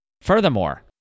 Furthermore